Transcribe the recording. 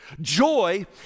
Joy